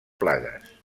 plagues